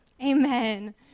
Amen